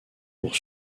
pour